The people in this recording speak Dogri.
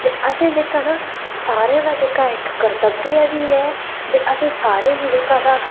ते असें जेहका ना सारे दा जेहका ऐ इक कर्तव्य बी है अस सारें गी जेहका